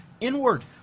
inward